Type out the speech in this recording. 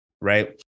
Right